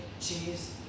cheese